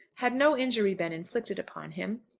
had no injury been inflicted upon him,